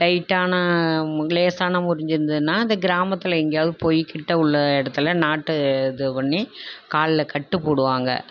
லைட்டான லேசான முறிஞ்சுருந்ததுன்னா அந்த கிராமத்தில் எங்கியாவது போய் கிட்ட உள்ள இடத்துல நாட்டு இது பண்ணி காலில் கட்டு போடுவாங்க